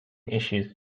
issues